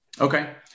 Okay